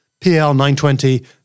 PL920